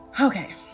okay